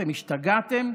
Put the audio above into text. אתם השתגעתם?